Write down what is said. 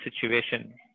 situation